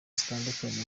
zitandukanye